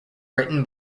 written